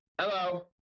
Hello